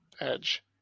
Edge